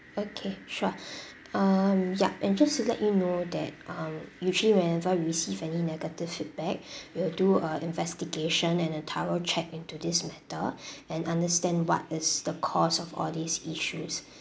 okay sure um yup and just to let you know that um usually whenever we receive any negative feedback we'll do a investigation and a thorough check into this matter and understand what is the cause of all these issues